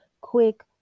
quick